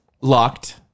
locked